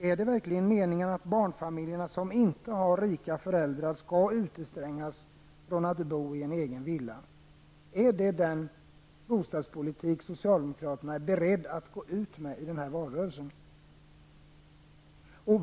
Är det verkligen meningen att barnfamiljer där föräldrarna inte är rika skall utestängas från att bo i en egen villa? Är det den bostadspolitik som socialdemokraterna är beredda att gå ut med i den här valrörelsen? 4.